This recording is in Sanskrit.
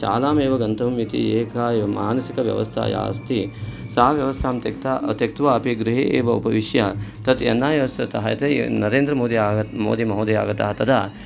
शालाम् एव गन्तुम् इति एका मानसिकव्यवस्था या अस्ति सा व्यवस्थां त्यक्त्वा अपि गृहे एव उपविश्य तत् एन् ऐ ओ एस् तत् नरेन्द्रमोदी मोदीमहोदयः आगताः तदा